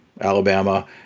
Alabama